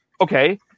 Okay